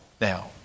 now